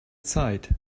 zeit